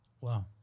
wow